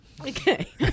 Okay